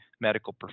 medical